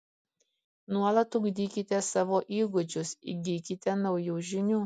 nuolat ugdykite savo įgūdžius įgykite naujų žinių